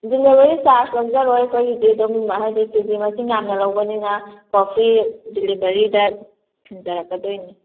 delivery charge ꯂꯧꯖꯔꯣꯏ ꯑꯩꯈꯣꯏꯒꯤꯗꯤ ꯑꯗꯨꯝ ꯍꯥꯏꯗꯤ ꯀꯦꯖꯤ ꯃꯁꯤꯡ ꯌꯥꯝꯅ ꯂꯧꯕꯅꯤꯅ ꯀꯣ ꯐ꯭ꯔꯤ ꯗꯤꯂꯤꯚꯔꯤꯗ ꯊꯤꯟꯖꯔꯛꯀꯗꯣꯏꯅꯤ